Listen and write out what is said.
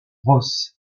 ross